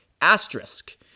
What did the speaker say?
asterisk